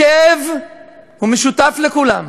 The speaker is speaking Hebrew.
הכאב הוא משותף לכולם.